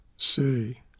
City